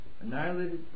annihilated